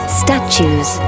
statues